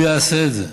הוא יעשה את זה.